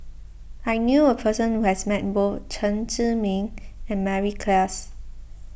I knew a person who has met both Chen Zhiming and Mary Klass